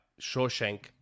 Shawshank